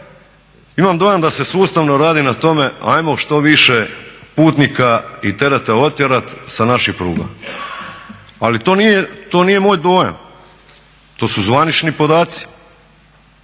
imam dojam da se sustavno radi na tome ajmo što više putnika i tereta otjerat sa naših pruga, ali to nije moj dojam, to su zvanični podaci